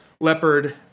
Leopard